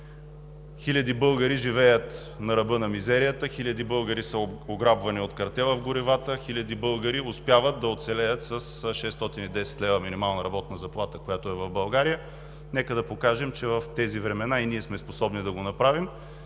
Хиляди българи живеят на ръба на мизерията, хиляди българи са ограбвани от картела в горивата, хиляди българи успяват да оцелеят с 610 лв. – минималната работна заплата, която е в България. Нека да покажем, че в тези времена и ние сме способни да го направим